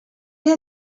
ser